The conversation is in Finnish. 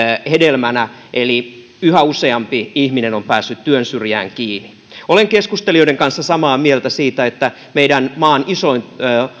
hedelmänä eli yhä useampi ihminen on päässyt työn syrjään kiinni olen keskustelijoiden kanssa samaa mieltä siitä että meidän maamme isoin